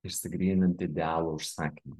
išsigrynint idealų užsakymą